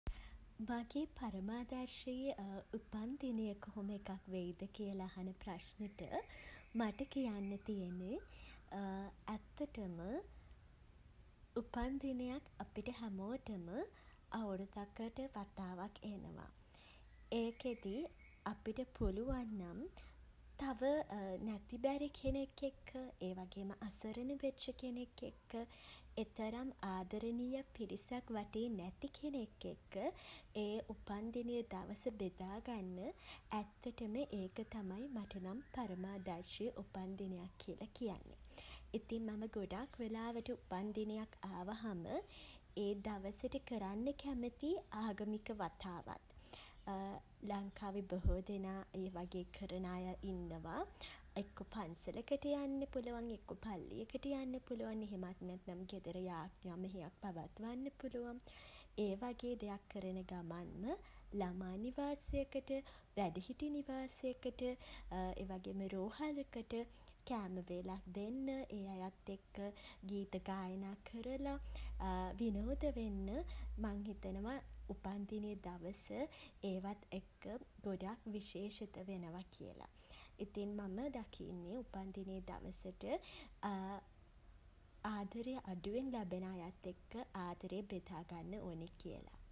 මගේ පරමාදර්ශී උපන්දිනය කොහොම එකක් වෙයිද කියල අහන ප්‍රශ්නෙට මට කියන්නෙ තියෙන්නේ ඇත්තටම උපන් දිනයක් අපිට හැමෝටම අවුරුද්දකට වතාවක් එනවා. ඒකෙදී අපිට පුළුවන් නම් තව නැති බැරි කෙනෙක් එක්ක ඒ වගේම අසරණ වෙච්ච කෙනෙක් එක්ක එතරම් ආදරණීය පිරිසක් වටේ නැති කෙනෙක් එක්ක ඒ උපන් දිනය දවස බෙදාගන්න ඇත්තටම ඒක තමයි මට නම් පරමාදර්ශී උපන්දිනයක් කියල කියන්නේ. ඉතින් මම ගොඩක් වෙලාවට උපන්දිනයක් ආවහම ඒ දවසට කරන්න කැමති ආගමික වතාවත් ලංකාවේ බොහෝ දෙනා ඒ වගේ කරන අය ඉන්නවා. එක්කෝ පන්සලකට යන්න පුළුවන්. එක්කෝ පල්ලියකට යන්න පුළුවන්. එහෙමත් නැත්නම් ගෙදර යාච්ඤා මෙහෙයක් පවත්වන්න පුළුවන්. ඒ වගේ දෙයක් කරන ගමන්ම ළමා නිවාසයකට වැඩිහිටි නිවාසයකට ඒ වගේම රෝහලකට කෑම වේලක් දෙන්න ඒ අයත් එක්ක ගීත ගායනා කරලා විනෝද වෙන්න මං හිතනවා උපන්දිනය දවස ඒවත් එක්ක ගොඩක්විශේෂිත වෙනවා කියලා.. ඉතින් මම දකින්නේ උපන්දිනේ දවසට ආදරේ අඩුවෙන් ලැබෙන අයත් එක්ක ආදරේ බෙදාගන්න ඕනෙ කියල.